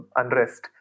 unrest